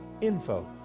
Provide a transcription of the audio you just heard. Info